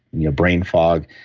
you know brain fog,